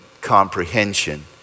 comprehension